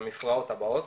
המפרעות הבאות,